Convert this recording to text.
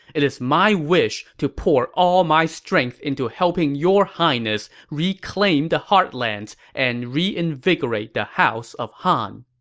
it is my wish to pour all my strength into helping your highness reclaim the heartlands and reinvigorate the house of han.